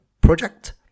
project